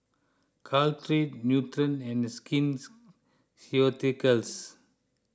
Caltrate Nutren and Skin Ceuticals